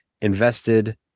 invested